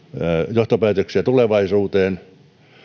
johtopäätöksiä tulevaisuuteen